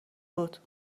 بود